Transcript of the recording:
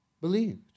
believed